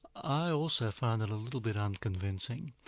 i also find it a little bit unconvincing,